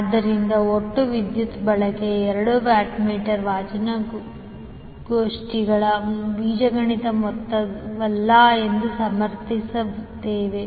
ಆದ್ದರಿಂದ ಒಟ್ಟು ವಿದ್ಯುತ್ ಬಳಕೆಯು ಎರಡು ವ್ಯಾಟ್ ಮೀಟರ್ ವಾಚನಗೋಷ್ಠಿಗಳ ಬೀಜಗಣಿತ ಮೊತ್ತವಲ್ಲ ಎಂದು ಸಮರ್ಥಿಸುತ್ತದೆ